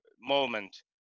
moment